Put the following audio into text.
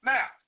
Now